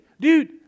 Dude